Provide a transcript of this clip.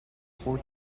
four